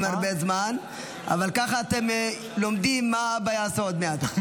הרבה זמן אבל ככה אתם לומדים מה אבא יעשה עוד מעט.